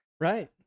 Right